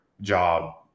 job